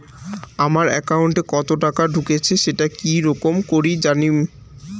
আমার একাউন্টে কতো টাকা ঢুকেছে সেটা কি রকম করি জানিম?